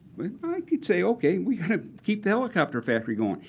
i could say, ok, we got to keep the helicopter factory going.